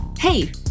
Hey